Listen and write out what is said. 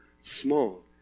small